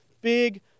Big